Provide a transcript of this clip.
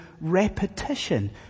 repetition